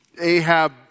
Ahab